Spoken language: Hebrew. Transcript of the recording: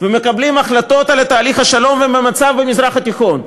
ומקבלים החלטות על תהליך השלום והמצב במזרח התיכון,